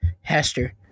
Hester